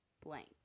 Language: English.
Blank